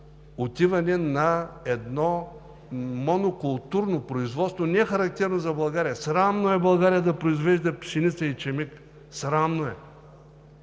отиване на едно монокултурно производство, нехарактерно за България. Срамно е България да произвежда пшеница и ечемик. Срамно е!